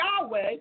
Yahweh